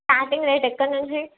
starting rate ఎక్కడి నుంచి